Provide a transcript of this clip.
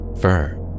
fur